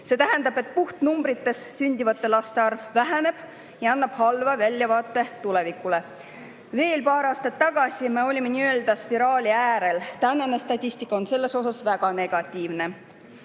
See tähendab, et sündivate laste arv väheneb ja see annab halva väljavaate tulevikuks. Veel paar aastat tagasi me olime nii-öelda spiraali äärel, tänane statistika on selles osas väga negatiivne. Aasta